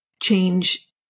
change